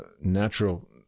natural